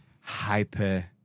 hyper